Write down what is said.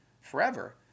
forever